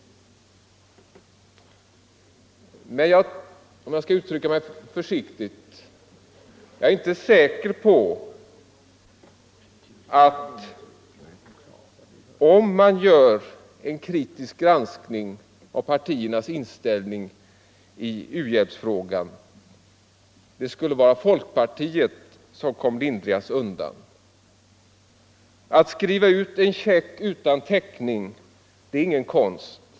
Men för att uttrycka mig försiktigt vill jag säga att jag inte är säker på att om man gjorde en kritisk granskning av partiernas inställning i u-hjälpsfrågan det skulle vara folkpartiet som kom lindrigast undan. Att skriva ut en check utan täckning är ingen konst.